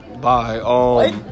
Bye